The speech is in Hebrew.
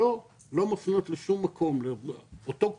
עוד הצעות שמופיעות פה בעקבות הערות